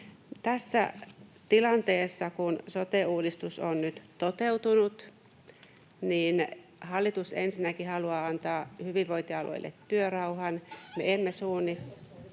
Tässä tilanteessa, kun sote-uudistus on nyt toteutunut, hallitus ensinnäkin haluaa antaa hyvinvointialueille työrauhan. Me emme suunnittele